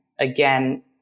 again